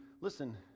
listen